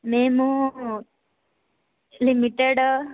మేము లిమిటెడ్